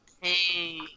Hey